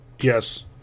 Yes